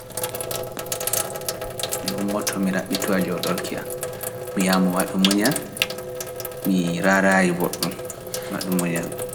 Mi ummoto mi raɓɓituwa jooɗorki an mi wiya mo waɗu muñal mi raara e woɗɗum waɗu muñal ɗum